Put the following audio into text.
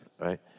right